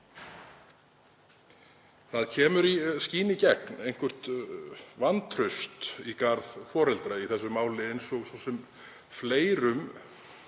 Það skín í gegn eitthvert vantraust í garð foreldra í þessu máli eins og svo sem fleirum